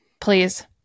Please